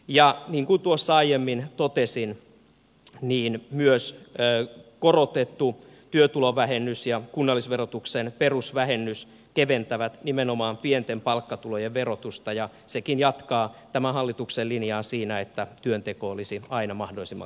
ja niin kuin tuossa aiemmin totesin myös korotettu työtulovähennys ja kunnallisverotuksen perusvähennys keventävät nimenomaan pienten palkkatulojen verotusta ja sekin jatkaa tämän hallituksen linjaa siinä että työnteko olisi aina mahdollisimman kannattavaa